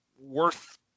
worth